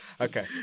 Okay